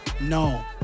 No